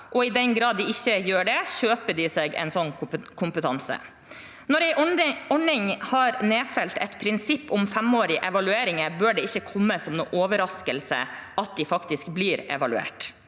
og i den grad de ikke gjør det, kjøper de seg en slik kompetanse. Når en ordning har nedfelt et prinsipp om femårige evalueringer, bør det ikke komme som en overraskelse at de faktisk blir evaluert.